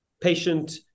patient